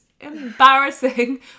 embarrassing